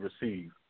receive